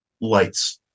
lights